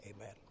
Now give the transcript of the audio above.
Amen